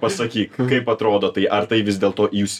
pasakyk kaip atrodo tai ar tai vis dėlto jūs